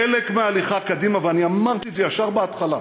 חלק מההליכה קדימה, ואני אמרתי את זה ישר בהתחלה,